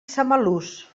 samalús